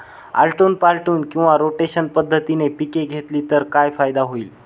आलटून पालटून किंवा रोटेशन पद्धतीने पिके घेतली तर काय फायदा होईल?